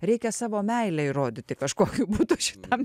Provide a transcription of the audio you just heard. reikia savo meilę įrodyti kažkokiu būdu šitam